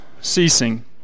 ceasing